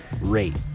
rate